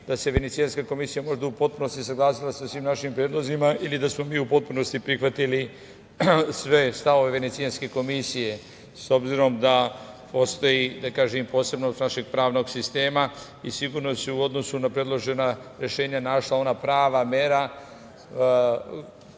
da se Venecijanska komisija možda u potpunosti saglasila sa svim našim predlozima ili da smo mi u potpunosti prihvatili sve stavove Venecijanske komisije, s obzirom na to da postoji i posebnost našeg pravnog sistema i sigurno se u odnosu na predložena rešenja našla ona prava mera